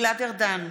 גלעד ארדן,